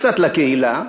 קצת לקהילה,